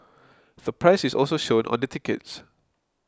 the price is also shown on the tickets